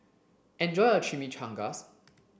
enjoy your Chimichangas